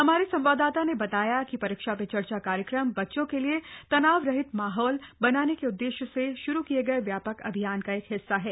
हमारे संवाददाता ने बताया है कि परीक्षा पे चर्चा कार्यक्रम बच्चों के लिए तनावरहित माहौल बनाने के उद्देश्य से श्रु किए गए व्यापक अभियान का एक हिस्सा है